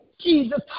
Jesus